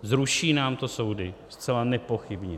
Zruší nám to soudy, zcela nepochybně.